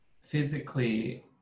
physically